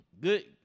good